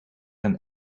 een